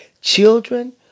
Children